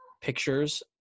pictures